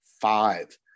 five